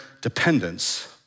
dependence